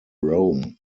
rome